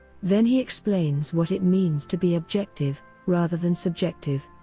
then he explains what it means to be objective rather than subjective.